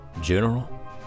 General